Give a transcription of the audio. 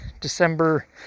December